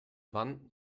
wand